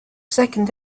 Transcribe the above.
second